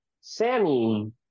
Sammy